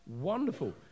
Wonderful